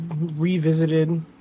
revisited